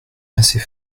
assez